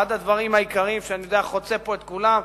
אחד הדברים העיקריים שאני יודע שחוצה פה את כולם,